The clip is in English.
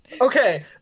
Okay